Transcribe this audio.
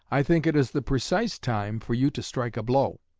i think it is the precise time for you to strike a blow.